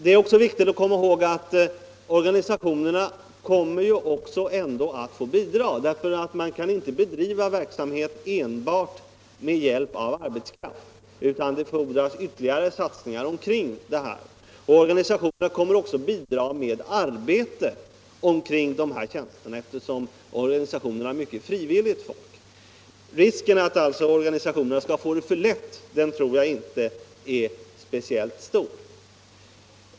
Det är också viktigt att komma ihåg att organisationerna ändå kommer att få bidra därför att man inte kan bedriva verksamhet enbart med hjälp av arbetskraft, utan det fordras ytterligare satsningar omkring verksamheten. Organisationerna kommer också att bidra med arbete omkring ifrågavarande tjänster, eftersom de har många människor i frivilligt arbete. Risken för att organisationerna skall få det för lätt tror jag alltså inte är speciellt stor.